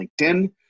LinkedIn